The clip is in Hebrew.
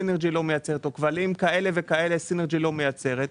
סינרג'י לא מייצרת או כבלים כאלה וכאלה סינרג'י לא מייצרת.